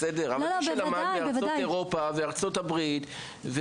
אבל מי שלמד באירופה ובארצות הברית,